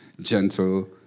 gentle